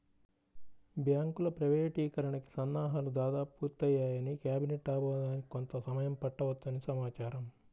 బ్యాంకుల ప్రైవేటీకరణకి సన్నాహాలు దాదాపు పూర్తయ్యాయని, కేబినెట్ ఆమోదానికి కొంత సమయం పట్టవచ్చని సమాచారం